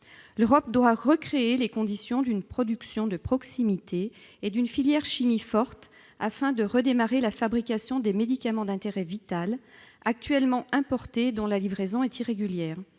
L'Europe doit recréer les conditions d'une production de proximité et d'une filière « chimie » forte, afin de redémarrer la fabrication des médicaments d'intérêt vital actuellement importés et dont la livraison est irrégulière.